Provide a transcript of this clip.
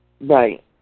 Right